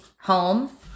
home